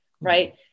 Right